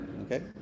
Okay